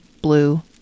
Blue